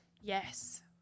Yes